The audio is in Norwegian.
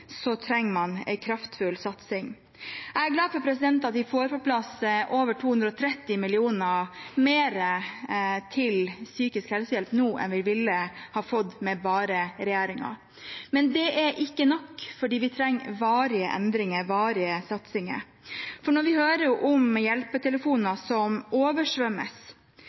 trenger man en kraftfull satsing. Jeg er glad for at vi får på plass over 230 mill. kr mer til psykisk helsehjelp nå enn vi ville ha fått med regjeringen. Det er ikke nok, for vi trenger varige endringer, varige satsinger. Når vi hører om hjelpetelefoner som